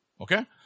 okay